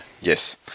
Yes